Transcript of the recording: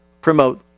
promote